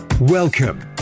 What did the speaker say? Welcome